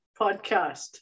Podcast